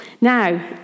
Now